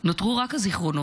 נותרו רק הזיכרונות.